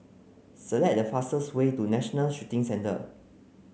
select the fastest way to National Shooting Centre